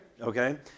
okay